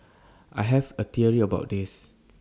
I have A theory about this